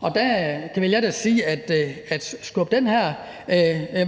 og der vil jeg da sige, at det at skubbe den